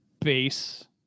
base